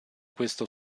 questo